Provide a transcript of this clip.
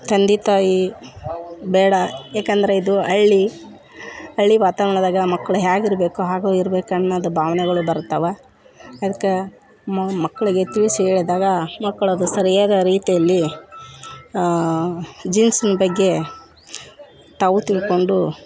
ತಂದೆ ತಾಯಿ ಬೇಡ ಯಾಕಂದರೆ ಇದು ಹಳ್ಳಿ ಹಳ್ಳಿ ವಾತಾವರಣದಾಗ ಮಕ್ಳು ಹ್ಯಾಗಿರ್ಬೇಕೋ ಹಾಗೆ ಇರ್ಬೇಕನ್ನೋದು ಭಾವನೆಗಳು ಬರ್ತಾವೆ ಅದಕ್ಕೆ ಮಕ್ಳಿಗೆ ತಿಳಿಸಿ ಹೇಳಿದಾಗ ಮಕ್ಕಳು ಅದು ಸರಿಯಾದ ರೀತಿಯಲ್ಲಿ ಜೀನ್ಸಿನ ಬಗ್ಗೆ ತಾವೂ ತಿಳ್ಕೊಂಡು